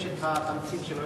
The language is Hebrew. יש את התמצית שלו,